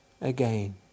again